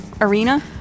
arena